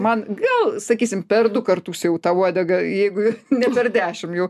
man gal sakysim per du kartus jau tą uodegą jeigu ne per dešim jau